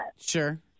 sure